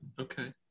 Okay